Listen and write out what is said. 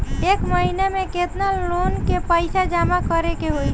एक महिना मे केतना लोन क पईसा जमा करे क होइ?